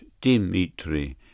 Dimitri